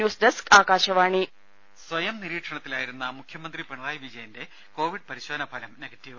news desk Akashvani രേര സ്വയം നിരീക്ഷണത്തിലായിരുന്ന മുഖ്യമന്ത്രി പിണറായി വിജയന്റെ കോവിഡ് പരിശോധനാഫലം നെഗറ്റീവ്